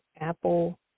Apple